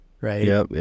Right